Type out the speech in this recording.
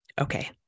Okay